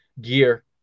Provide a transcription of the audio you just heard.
gear